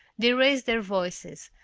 they raised their voices,